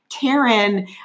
Karen